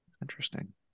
Interesting